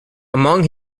among